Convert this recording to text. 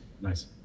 Nice